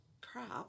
crap